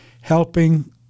helping